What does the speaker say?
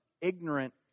ignorant